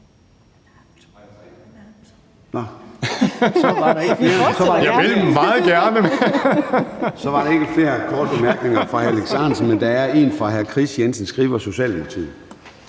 Så er der ikke flere korte bemærkninger til hr. Alex Ahrendtsen, men der er en fra hr. Kris Jensen Skriver, Socialdemokratiet.